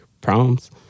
problems